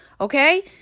okay